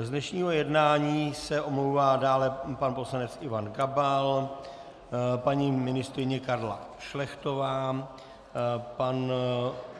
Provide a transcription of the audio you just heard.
Z dnešního jednání se omlouvá dále pan poslanec Ivan Gabal, paní ministryně Karla Šlechtová, pan